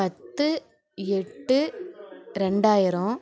பத்து எட்டு ரெண்டாயிரம்